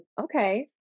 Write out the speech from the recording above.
Okay